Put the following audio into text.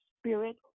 spirit